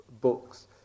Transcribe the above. books